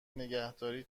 نگهداری